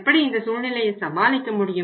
எப்படி இந்த சூழ்நிலையை சமாளிக்க முடியும்